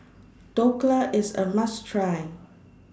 Dhokla IS A must Try